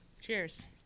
Cheers